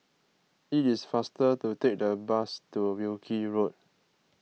it is faster to take the bus to Wilkie Road